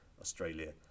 australia